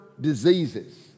diseases